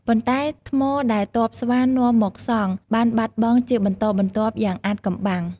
ប៉ុន្តែថ្មដែលទ័ពស្វានាំមកសង់បានបាត់បង់ជាបន្តបន្ទាប់យ៉ាងអាថ៌កំបាំង។